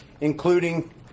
including